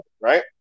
right